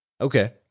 Okay